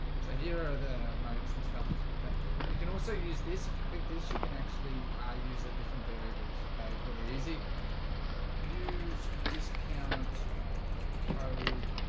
so here are the moats and stuff so but that you can also use this if you click this you can actually i use the different variables. okay, really easy use discount code